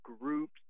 groups